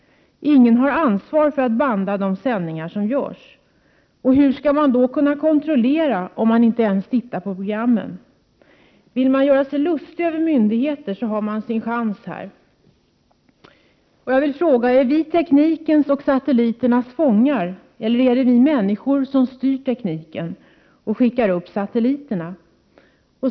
Ingen har ansvar för att banda de sändningar som görs. Hur skall man kunna kontrollera verksamheten, om man inte ens tittar på programmen? Vill man göra sig lustig över myndigheter så har man sin chans här. Jag frågar: Är vi teknikens och satelliternas fångar, eller är det vi människor som styr tekniken och skickar upp satelliterna?